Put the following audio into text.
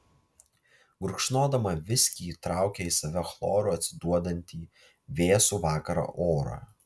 gurkšnodama viskį traukė į save chloru atsiduodantį vėsų vakaro orą